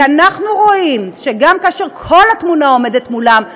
כי אנחנו רואים שגם כאשר כל התמונה עומדת מולם,